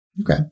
Okay